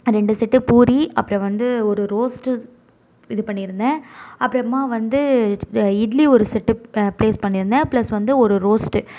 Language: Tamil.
ரெண்டு செட்டு பூரி அப்புறம் வந்து ஒரு ரோஸ்ட்டு இது பண்ணியிருந்தேன் அப்புறமா வந்து இட்லி ஒரு செட்டு ப்ளேஸ் பண்ணியிருந்தேன் ப்ளஸ் வந்து ஒரு ரோஸ்ட்டு